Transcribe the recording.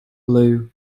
blue